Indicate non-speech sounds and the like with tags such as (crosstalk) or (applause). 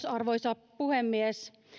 (unintelligible) arvoisa puhemies